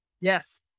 Yes